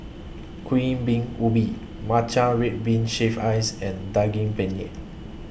Kuih Bingka Ubi Matcha Red Bean Shaved Ice and Daging Penyet